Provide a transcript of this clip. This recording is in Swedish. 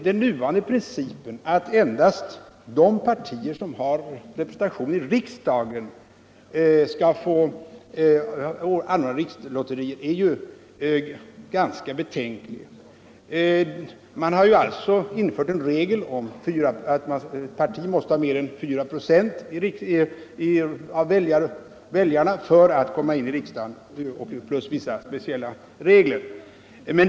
Den nuvarande principen att endast de partier som har representation i riksdagen skall få anordna rikslotterier är ganska betänklig. Man har infört en regel om att ett parti måste få mer än 4 96 av rösterna för att bli representerat i riksdagen.